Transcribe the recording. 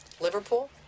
Liverpool